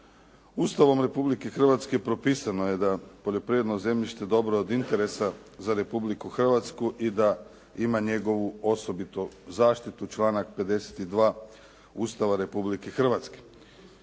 Ustavom Republike Hrvatske propisano je da je poljoprivredno zemljište dobro od interesa za Republiku Hrvatsku i da ima njegovu osobitu zaštitu, članak 52. Ustava Republike Hrvatske.